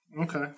Okay